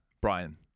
Brian